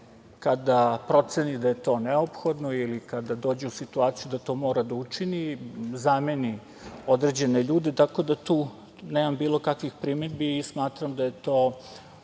kada proceni da je to neophodno ili kada dođu u situaciju da to mora da učini, zameni određene ljude, tako da tu nemam bilo kakvih primedbi i smatram da je to